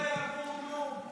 אל תדאג, הם לא יעבירו כלום.